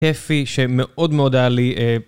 כיפי שמאוד מאוד היה לי